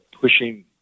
pushing